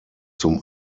zum